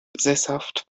sesshaft